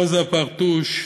רוז'ה פרטוש,